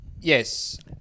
Yes